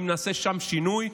אם נעשה שם שינוי,